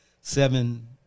seven